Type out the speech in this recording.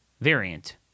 variant